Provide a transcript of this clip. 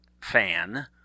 fan